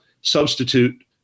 substitute